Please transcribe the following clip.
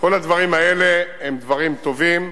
כל הדברים האלה הם דברים טובים.